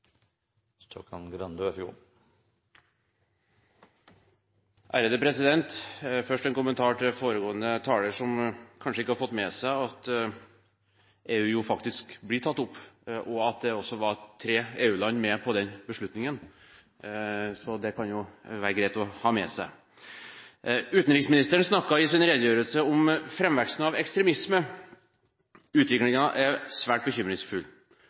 som kanskje ikke har fått med seg at EU faktisk blir tatt opp, og at det også var tre EU-land med på den beslutningen. Det kan det jo være greit å ha med seg. Utenriksministeren snakket i sin redegjørelse om framveksten av ekstremisme. Utviklingen er svært bekymringsfull.